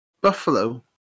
Buffalo